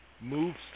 moves